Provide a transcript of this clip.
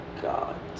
God